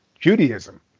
Judaism